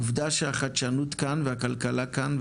עובדה שהחדשנות כאן והכלכלה כאן,